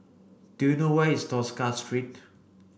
do you know where is Tosca Street